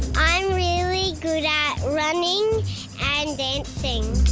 i'm really good at running and dancing.